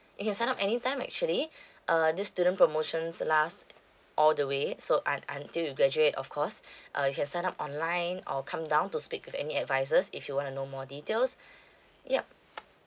you can sign up any time actually uh this student promotions last all the way so un~ until you graduate of course uh you can sign up online or come down to speak with any advisors if you wanna know more details yup